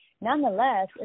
nonetheless